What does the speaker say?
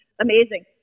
amazing